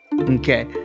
Okay